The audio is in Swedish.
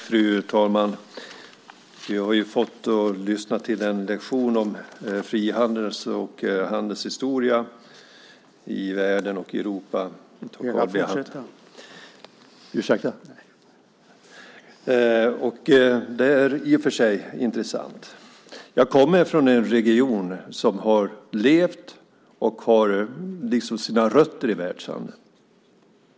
Fru talman! Jag har lyssnat till en lektion om frihandelns och handelns historia i världen och Europa. Det är i och för sig intressant. Jag kommer från en region som har levt i och har sina rötter i världshandeln.